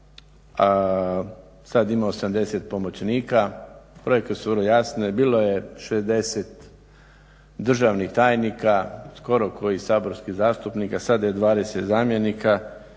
sad ima 80 pomoćnika. Brojke su vrlo jasne. Bilo je 60 državnih tajnika, skoro kao i saborskih zastupnika, sada je 20 zamjenika.